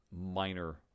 minor